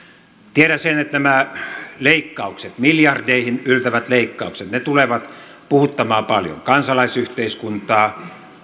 tiedän sen että nämä leikkaukset miljardeihin yltävät leikkaukset tulevat puhuttamaan paljon kansalaisyhteiskuntaa